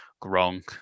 Gronk